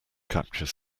capture